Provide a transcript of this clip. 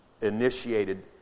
initiated